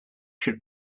should